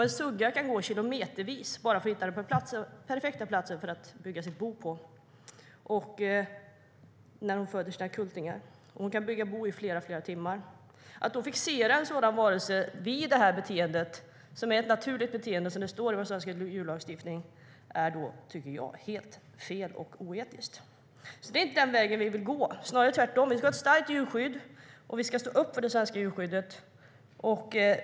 En sugga kan gå kilometervis bara för att hitta den perfekta platsen att bygga sitt bo på när hon ska föda sina kultingar. Hon kan bygga bo i flera timmar. Att fixera en sådan varelse och hindra den från detta naturliga beteende, vilket det står om i svensk djurlagstiftning, tycker jag därför är helt fel och oetiskt. Det är inte den vägen vi vill gå - snarare tvärtom. Vi ska ha ett starkt djurskydd, och vi ska stå upp för det svenska djurskyddet.